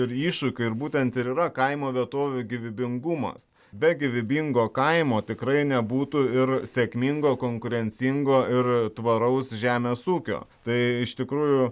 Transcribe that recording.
ir iššūkių ir būtent ir yra kaimo vietovių gyvybingumas be gyvybingo kaimo tikrai nebūtų ir sėkmingo konkurencingo ir tvaraus žemės ūkio tai iš tikrųjų